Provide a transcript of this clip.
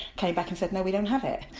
came back and said, no we don't have it.